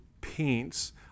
paints